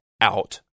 out